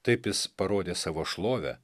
taip jis parodė savo šlovę